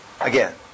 Again